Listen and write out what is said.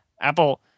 Apple